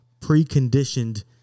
preconditioned